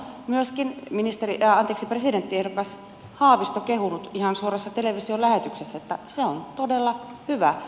myöskin presidenttiehdokas haavisto on kehunut ihan suorassa televisiolähetyksessä että se on todella hyvä